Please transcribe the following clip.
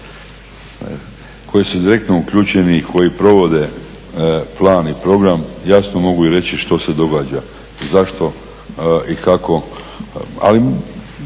koji su direktno uključeni, koji provode plan i program jasno mogu i reći što se događa, zašto i kako. Ali